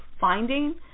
finding